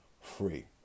free